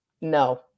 no